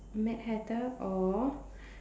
Mad-Hatter or